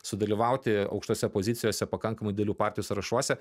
sudalyvauti aukštose pozicijose pakankamai didelių partijų sąrašuose